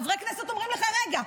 חברי הכנסת אומרים לך רגע.